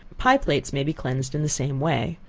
pie plates may be cleansed in the same way.